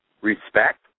Respect